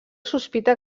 sospita